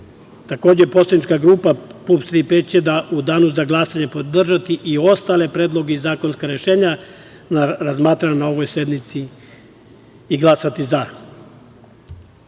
Takođe, poslanička grupa PUPS – „Tri P“ će u danu za glasanje podržati i ostale predloge i zakonska rešenja razmatrane na ovoj sednici i glasati